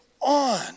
on